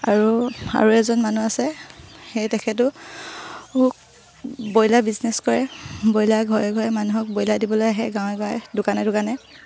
আৰু আৰু এজন মানুহ আছে সেই তেখেতো ব্ৰয়লাৰ বিজনেছ কৰে ব্ৰইলাৰ ঘৰে ঘৰে মানুহক ব্ৰয়লাৰ দিবলৈ আহে গাঁৱে গাঁৱে দোকানে দোকানে